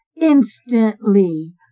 Instantly